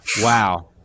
Wow